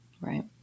Right